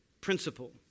principle